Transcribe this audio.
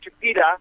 Peter